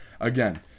Again